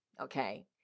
okay